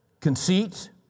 conceit